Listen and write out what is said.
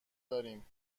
داریم